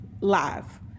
live